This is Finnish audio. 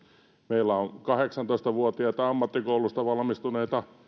meillä on kahdeksantoista vuotiaita ammattikoulusta valmistuneita